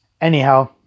Anyhow